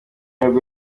nabwo